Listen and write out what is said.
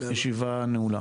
הישיבה נעולה.